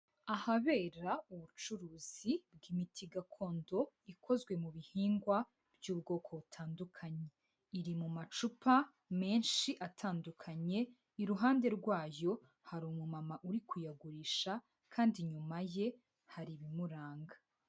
Ahabera ubucuruzi bw'imiti gakondo, ikozwe mu bihingwa by'ubwoko butandukanye, iri mu macupa menshi atandukanye, iruhande rwayo hari umumama uri kuyagurisha kandi inyuma ye hari ibimuranga.